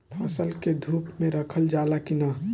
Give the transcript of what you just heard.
फसल के धुप मे रखल जाला कि न?